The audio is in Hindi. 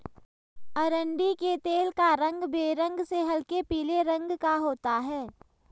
अरंडी के तेल का रंग बेरंग से हल्के पीले रंग का होता है